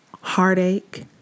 Heartache